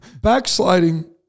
Backsliding